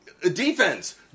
defense